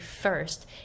first